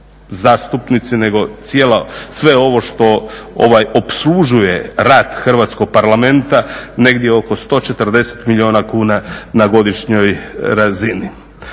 zastupnici, nego sve ovo što opslužuje rad Hrvatskog parlamenta negdje oko 140 milijuna kuna na godišnjoj razini.